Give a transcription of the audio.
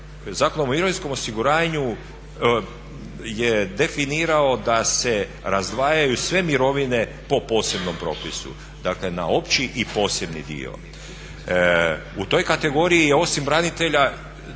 Zakonom o mirovinskom osiguranju je definirano da se razdvajaju sve mirovine po posebnom propisu dakle, na opći i posebni dio. U toj kategoriji je osim branitelja